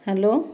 hello